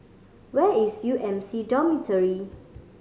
where is U M C Dormitory